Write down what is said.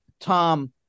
Tom